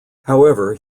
however